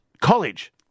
College